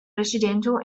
residential